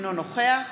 אינו נוכח